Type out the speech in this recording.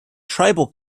tribal